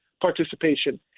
participation